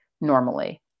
normally